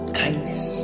kindness